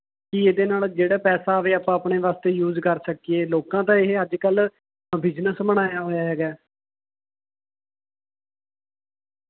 ਕੀ ਇਹਦੇ ਨਾਲ਼ ਜਿਹੜਾ ਪੈਸਾ ਆਵੇ ਆਪਾਂ ਆਪਣੇ ਵਾਸਤੇ ਯੂਜ਼ ਕਰ ਸਕੀਏ ਲੋਕਾਂ ਤਾਂ ਇਹ ਅੱਜ ਕੱਲ੍ਹ ਬਿਜ਼ਨਸ ਬਣਾਇਆ ਹੋਇਆ ਹੈਗਾ